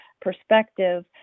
perspective